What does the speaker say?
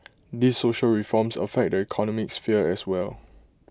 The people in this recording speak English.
these social reforms affect the economic sphere as well